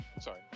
sorry